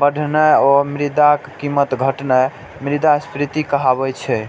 बढ़नाय आ मुद्राक कीमत घटनाय मुद्रास्फीति कहाबै छै